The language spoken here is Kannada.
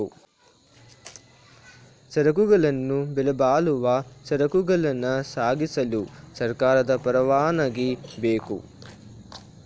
ಸರಕುಗಳನ್ನು ಬೆಲೆಬಾಳುವ ಸರಕುಗಳನ್ನ ಸಾಗಿಸಲು ಸರ್ಕಾರದ ಪರವಾನಗಿ ಬೇಕು